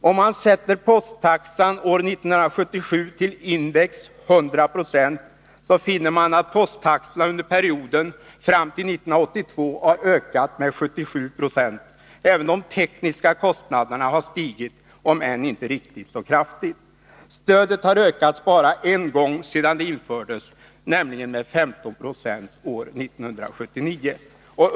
Om man sätter posttaxan år 1977 till index 100 96, finner man att posttaxorna under perioden fram till 1982 har ökat med 77 96. Även de tekniska kostnaderna har stigit, om än inte riktigt så kraftigt. Stödet har ökats bara en gång sedan det infördes, nämligen med 15 96 år 1979.